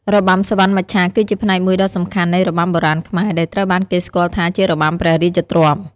របាំសុវណ្ណមច្ឆាគឺជាផ្នែកមួយដ៏សំខាន់នៃ របាំបុរាណខ្មែរ ដែលត្រូវបានគេស្គាល់ថាជារបាំព្រះរាជទ្រព្យ។